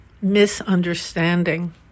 misunderstanding